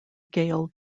gail